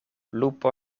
lupo